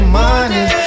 money